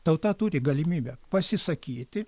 tauta turi galimybę pasisakyti